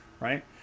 right